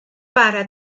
para